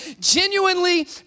genuinely